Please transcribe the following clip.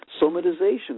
somatization